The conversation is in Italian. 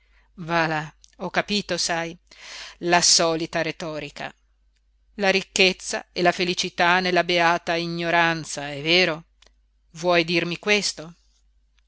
là ho capito sai la solita retorica la ricchezza e la felicità nella beata ignoranza è vero vuoi dirmi questo